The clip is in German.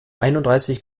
einunddreißig